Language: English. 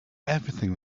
everything